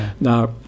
Now